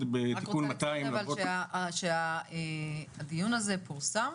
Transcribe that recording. לציין שהדיון הזה פורסם